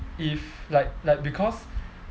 if like like because